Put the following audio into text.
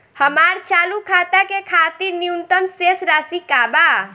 हमार चालू खाता के खातिर न्यूनतम शेष राशि का बा?